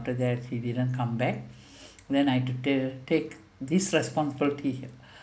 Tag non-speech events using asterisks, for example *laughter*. that she didn't come back *breath* then I to the take this responsibility here